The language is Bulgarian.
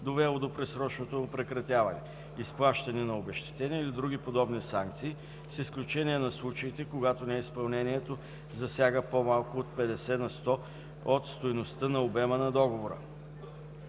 довело до предсрочното му прекратяване, изплащане на обезщетения или други подобни санкции, с изключение на случаите, когато неизпълнението засяга по-малко от 50 на сто от стойността или обема на договора;